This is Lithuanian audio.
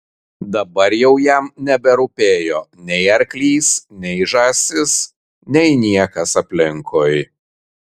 dabar jau jam neberūpėjo nei arklys nei žąsis nei niekas aplinkui